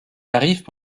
arrivent